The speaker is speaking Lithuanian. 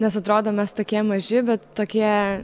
nes atrodo mes tokie maži bet tokie